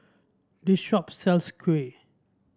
this shop sells kuih